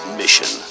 mission